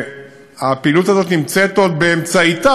הפעילות הזאת נמצאת עוד באמצעה,